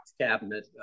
cabinet